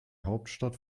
hauptstadt